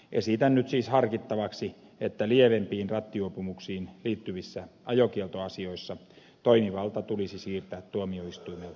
esitän nyt siis harkittavaksi että lievempiin rattijuopumuksiin liittyvissä ajokieltoasioissa toimivalta tulisi siirtää tuomioistuimelta poliisille